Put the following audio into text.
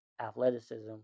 athleticism